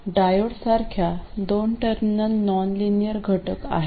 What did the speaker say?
डायोडसारख्या दोन terminal nonlinear घटक आहेत